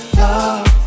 love